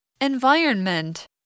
environment